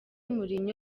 mourinho